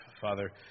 Father